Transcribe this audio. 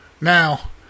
Now